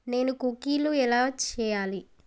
నేను కుకీలు ఎలా చేయాలి